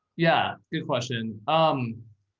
yeah. good question. um